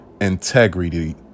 integrity